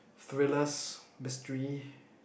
thrillers mystery